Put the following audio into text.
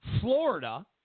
Florida